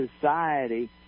society